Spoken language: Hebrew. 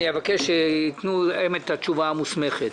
אבקש שהם יענו את התשובה המוסמכת.